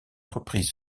reprises